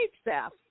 staff